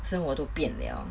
生活都变了